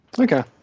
okay